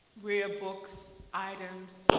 rare books, items,